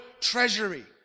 treasury